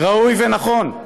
ראוי ונכון,